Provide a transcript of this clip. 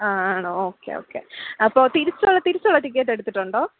ആ ആണോ okay okay അപ്പോൾ തിരിച്ചുള്ള തിരിച്ചുള്ള ടിക്കറ്റ് എടുത്തിട്ടുണ്ടോ